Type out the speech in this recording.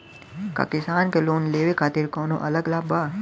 का किसान के लोन लेवे खातिर कौनो अलग लाभ बा?